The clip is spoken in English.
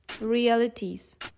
realities